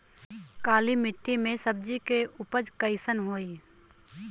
काली मिट्टी में सब्जी के उपज कइसन होई?